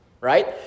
right